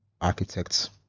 architects